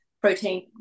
protein